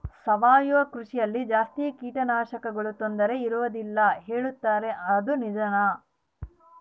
ಸಾವಯವ ಕೃಷಿಯಲ್ಲಿ ಜಾಸ್ತಿ ಕೇಟನಾಶಕಗಳ ತೊಂದರೆ ಇರುವದಿಲ್ಲ ಹೇಳುತ್ತಾರೆ ಅದು ನಿಜಾನಾ?